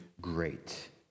great